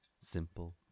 simple